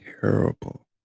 terrible